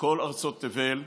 מכל ארצות תבל,